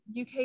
uk